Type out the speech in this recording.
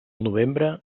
novembre